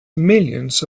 millions